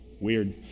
weird